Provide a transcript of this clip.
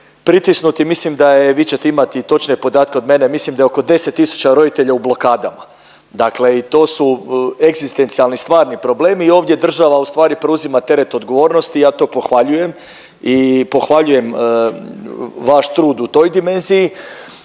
pritisnuti, mislim da je vi ćete imati točnije podatke od mene mislim da je oko 10 tisuća roditelja u blokadama, dakle i to su egzistencijalni stvarni problemi i ovdje država ustvari preuzima teret odgovornosti i ja to pohvaljujem i pohvaljujem vaš trud u toj dimenziji.